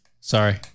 Sorry